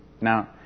Now